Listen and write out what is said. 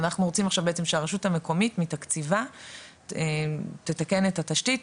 אנחנו רוצים עכשיו בעצם שהרשות המקומית מתקציבה תתקן את התשתית,